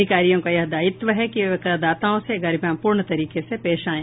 अधिकारियों का यह दायित्व है कि वे करदाताओं से गरिमापूर्ण तरीके से पेश आये